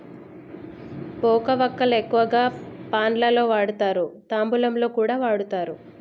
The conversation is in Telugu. పోక వక్కలు ఎక్కువగా పాన్ లలో వాడుతారు, తాంబూలంలో కూడా వాడుతారు